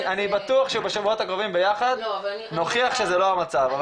אני בטוח שבשבועות הקרובים ביחד נוכיח שזה לא המצב.